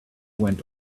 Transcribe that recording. went